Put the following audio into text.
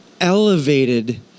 elevated